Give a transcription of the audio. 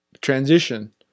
transition